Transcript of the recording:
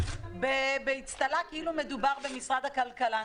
ההחלטה --- באצטלה כאילו מדובר במשרד הכלכלה.